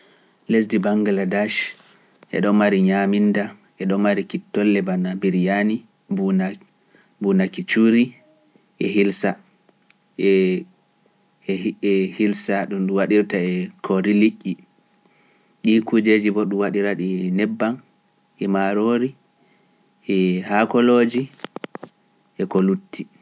Lesdi Bangladesh e ɗo mari ñaminda, e ɗo mari kittol lebana biryani, mbuunaki cuuri, e hilsa ɗo ndu waɗirta e koree liƴƴi, ɗii kujeeji ɗi waɗira ɗi nebbam, e maaroori, e haakolooji, e ko lutti.